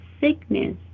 sickness